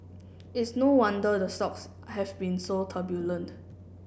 it is no wonder the stocks have been so turbulent